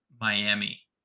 Miami